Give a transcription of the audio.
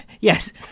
yes